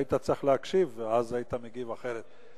היית צריך להקשיב ואז היית מגיב אחרת.